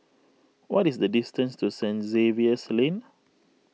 what is the distance to Saint Xavier's Lane